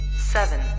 seven